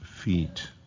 feet